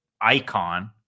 icon